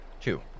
Two